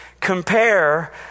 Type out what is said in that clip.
compare